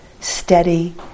steady